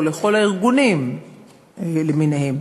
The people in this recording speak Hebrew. לכל הארגונים למיניהם,